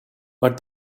but